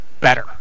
better